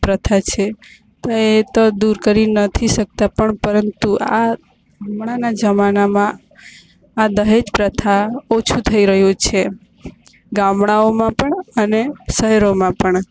પ્રથા છે તો એ તો દૂર કરી નથી શકતા પણ પરંતુ આ હમણાના જમાનામાં આ દહેજ પ્રથા ઓછું થઈ રહ્યું છે ગામડાઓમાં પણ અને શહેરોમાં પણ